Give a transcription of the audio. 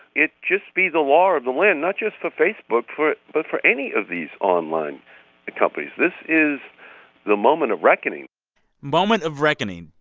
just be the law of the land, not just for facebook, for but for any of these online companies. this is the moment of reckoning moment of reckoning.